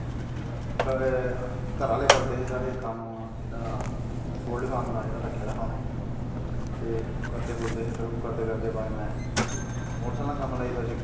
घऱे आह्ले करदे कम्म पोल्ट्री फार्म उनैं रक्खे दा हा ते ओह् करदे कुरदे हे करदे कुरदे फिर में मोटर सैक्लें दा कम्म लगी पेई सिक्खन